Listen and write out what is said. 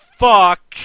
fuck